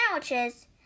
sandwiches